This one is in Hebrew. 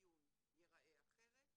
אפיון יראה אחרת.